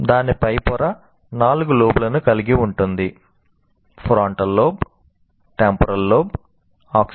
cerebral cortex